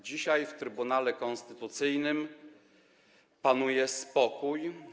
Dzisiaj w Trybunale Konstytucyjnym panuje spokój.